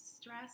stress